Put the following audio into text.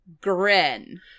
grin